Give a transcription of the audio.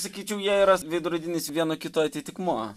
sakyčiau jie yra veidrodinis vieno kito atitikmuo